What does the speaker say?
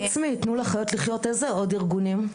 חוץ מתנו לחיות לחיות, איזה עוד ארגונים?